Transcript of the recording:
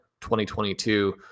2022